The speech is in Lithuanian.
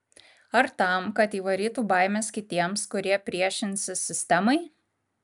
ar tam kad įvarytų baimės kitiems kurie priešinsis sistemai